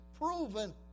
proven